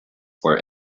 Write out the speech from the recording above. were